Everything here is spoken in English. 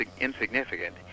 insignificant